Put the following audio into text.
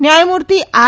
ન્યાયમૂર્તિ આર